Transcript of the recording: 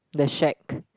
the shack